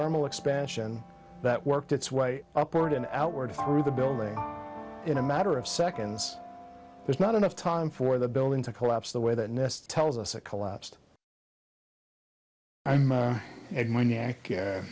thermal expansion that worked its way up toward an outward through the building in a matter of seconds there's not enough time for the building to collapse the way that nist tells us it collapsed i'm at my neck